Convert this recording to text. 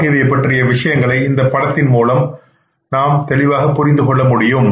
ஆகியவை பற்றிய விடயங்களை இந்த படத்தின் மூலம் தெளிவாக புரிந்துகொள்ள முடியும்